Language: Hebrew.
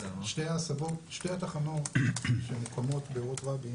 שתי התחנות שמוקמות באורות רבין